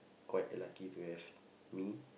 quite lucky to have me